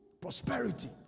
prosperity